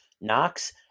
Knox